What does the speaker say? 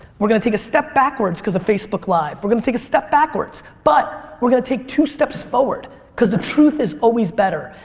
we're gonna take a step backwards cause of facebook live. we're gonna take a step backwards but we're gonna take two steps forward stuff cause the truth is always better.